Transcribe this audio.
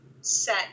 set